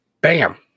Bam